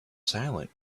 silent